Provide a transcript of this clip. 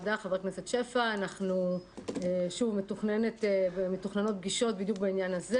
אנחנו מתכננות פגישות בדיוק בעניין הזה